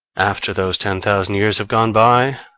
after those ten thousand years have gone by,